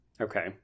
Okay